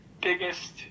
Biggest